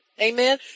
Amen